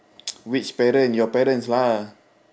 which parent your parents lah